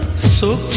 so